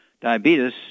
Diabetes